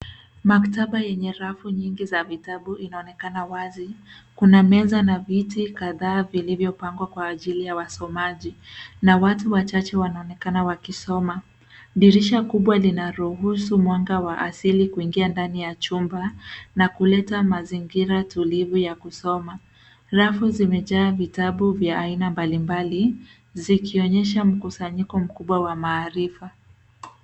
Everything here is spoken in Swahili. Maktaba yenye rafu nyingi za vitabu inaonekana wazi. Kuna meza na viti kadhaa vilivyopangwa kwa ajili ya wasomaji na watu wachache wanaonekana wakisoma. Dirisha kubwa linaruhusu mwanga wa asili kuingia ndani ya chumba na kuleta mazingira tulivu ya kusoma. Rafu zimejaa vitabu vya aina mbalimbali zikionyesha mkusanyiko mkubwa wa maarifa.